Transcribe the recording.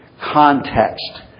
context